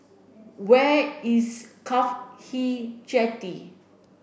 where is CAFHI Jetty